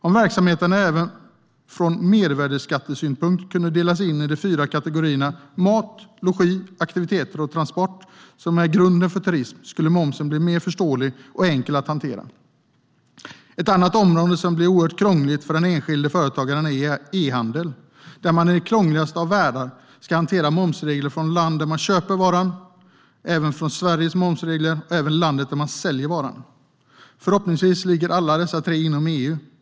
Om verksamheterna även från mervärdesskattesynpunkt kunde delas in i de fyra kategorierna mat, logi, aktiviteter och transport, som är grunden för turism, skulle momsen blir mer förståelig och enkel att hantera. Ett annat område som blir oerhört krångligt för den enskilde företagaren är e-handel, där man i den krångligaste av världar ska hantera momsregler från landet där man köper varan, Sveriges momsregler och reglerna från landet där man säljer varan. Förhoppningsvis ligger alla dessa tre inom EU.